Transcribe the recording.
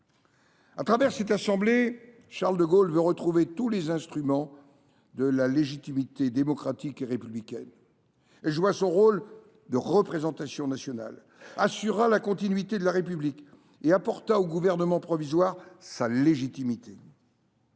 Au travers de cette assemblée, Charles de Gaulle veut retrouver tous les instruments de la légitimité démocratique et républicaine. Elle joua son rôle de représentation nationale, assura la continuité de la République et apporta au Gouvernement provisoire sa légitimité.